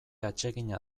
atsegina